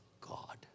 God